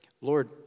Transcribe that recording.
Lord